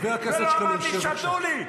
ולא אמרתי: שתו לי.